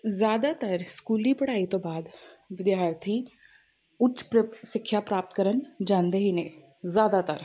ਜ਼ਿਆਦਾਤਰ ਸਕੂਲੀ ਪੜ੍ਹਾਈ ਤੋਂ ਬਾਅਦ ਵਿਦਿਆਰਥੀ ਉੱਚ ਸਿੱਖਿਆ ਪ੍ਰਾਪਤ ਕਰਨ ਜਾਂਦੇ ਹੀ ਨੇ ਜ਼ਿਆਦਾਤਰ